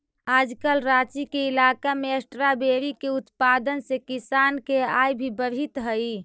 आजकल राँची के इलाका में स्ट्राबेरी के उत्पादन से किसान के आय भी बढ़ित हइ